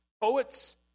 poets